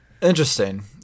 interesting